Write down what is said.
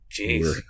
Jeez